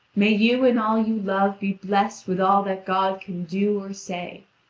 may you and all you love be blessed with all that god can do or say.